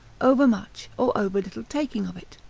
overmuch, or overlittle taking of it.